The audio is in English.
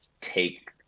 take